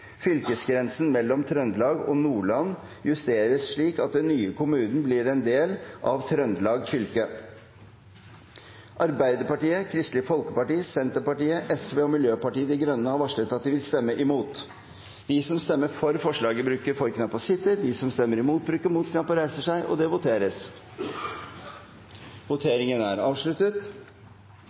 Fylkesgrensen mellom Trøndelag og Nordland justeres slik at den nye kommunen blir en del av Trøndelag fylke.» Arbeiderpartiet, Kristelig Folkeparti, Senterpartiet, Sosialistisk Venstreparti og Miljøpartiet De Grønne har varslet at de vil stemme imot. Det voteres